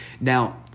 Now